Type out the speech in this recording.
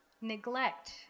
neglect